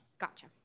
Gotcha